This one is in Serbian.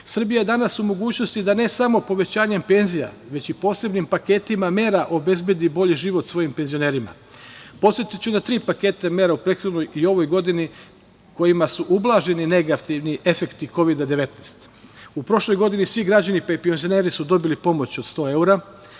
je danas u mogućnosti da ne samo povećanjem penzija, već i posebnim paketima mera obezbedi bolji život svojim penzionerima. Podsetiću na tri paketa mera u prethodnoj i ovoj godini kojima su ublaženi negativni efekti Kovida 19. U prošloj godini svi građani, pa i penzioneri su dobili pomoć od 100 evra,